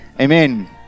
amen